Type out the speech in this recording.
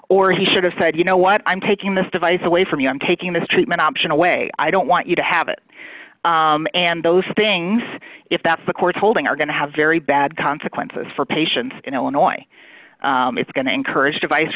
or he should have said you know what i'm taking this device away from you i'm taking this treatment option away i don't want you to have it and those things if that's the court's holding are going to have very bad consequences for patients in illinois it's going to encourage device